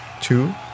Two